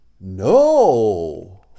no